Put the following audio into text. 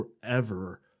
forever